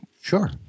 Sure